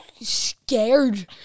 scared